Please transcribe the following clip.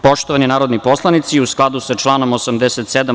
Poštovani narodni poslanici, u skladu sa članom 87.